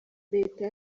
leta